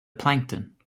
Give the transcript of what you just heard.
plankton